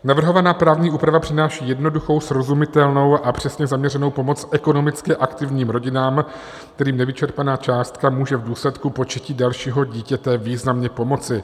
Navrhovaná právní úprava přináší jednoduchou, srozumitelnou a přesně zaměřenou pomoc ekonomicky aktivním rodinám, kterým nevyčerpaná částka může v důsledku početí dalšího dítěte významně pomoci.